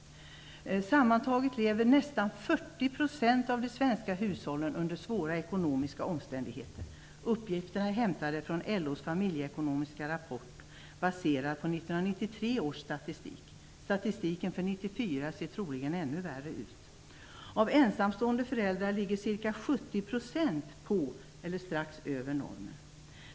Sammantaget lever nästan 40 % av de svenska hushållen under svåra ekonomiska omständigheter. 1994 ser troligen ännu värre ut. Ca 70 % av de ensamstående föräldrarna ligger på eller strax över normen.